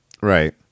Right